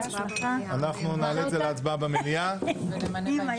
אנחנו נעלה את זה להצבעה במליאה ואחרי